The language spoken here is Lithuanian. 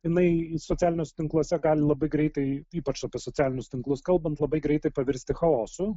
jinai socialiniuose tinkluose gali labai greitai ypač apie socialinius tinklus kalbant labai greitai pavirsti chaosu